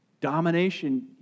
domination